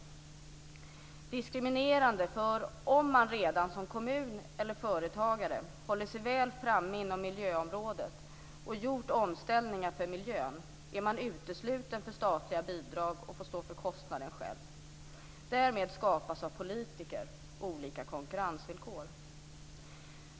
Det är diskriminerande därför att om man redan som kommun eller företagare håller sig väl framme inom miljöområdet och gjort omställningar för miljön är man utesluten från statliga bidrag och får stå för kostnaden själv. Därmed skapas av politiker olika konkurrensvillkor.